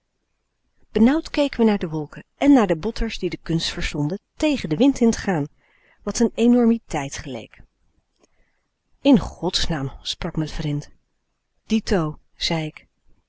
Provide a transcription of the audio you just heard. benauwd keken we naar de wolken èn naar de botters die de kunst verstonden t e g e n d e n w i n d i n te gaan wat n enormiteit geleek in godsnaam sprak m'n vrind dito zei ik